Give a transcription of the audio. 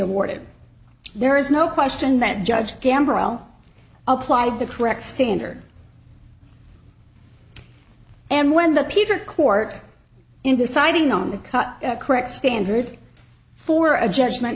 awarded there is no question that judge gambrell applied the correct standard and when the peter court in deciding on the cut correct standard for a judgment